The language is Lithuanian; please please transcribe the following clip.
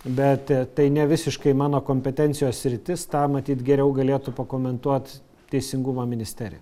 bet tai nevisiškai mano kompetencijos sritis tą matyt geriau galėtų pakomentuoti teisingumo ministerija